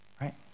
right